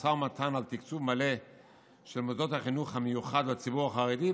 משא ומתן על תקצוב מלא של מוסדות החינוך המיוחד לציבור החרדי,